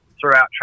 throughout